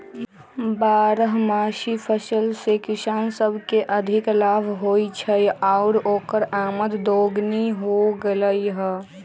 बारहमासी फसल से किसान सब के अधिक लाभ होई छई आउर ओकर आमद दोगुनी हो गेलई ह